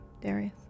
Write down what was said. Darius